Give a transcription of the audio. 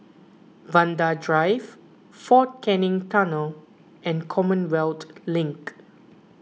Vanda Drive fort Canning Tunnel and Commonwealth Link